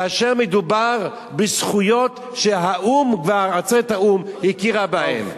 כאשר מדובר בזכויות שהאו"ם, עצרת האו"ם הכירה בהן.